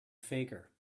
faker